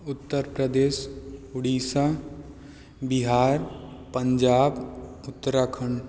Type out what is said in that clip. Uttar Pradesh Orissa Bihar Punjab Uttarakhand